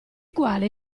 quale